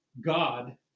God